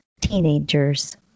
teenagers